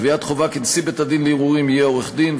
קביעת חובה כי נשיא בית-הדין לערעורים יהיה עורך-דין,